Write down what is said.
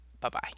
Bye-bye